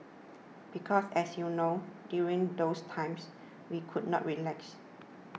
because as you know during those times we could not relax